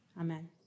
Amen